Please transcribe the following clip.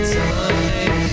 time